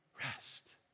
rest